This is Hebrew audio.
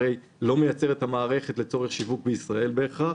הרי היצרן לא מייצר את המערכת לצורך שיווק בישראל בהכרח,